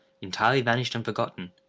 entirely vanished and forgotten.